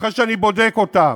אחרי שאני בודק אותן.